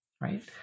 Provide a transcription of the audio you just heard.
Right